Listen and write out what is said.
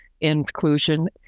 inclusion